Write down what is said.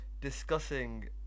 discussing